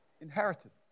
inheritance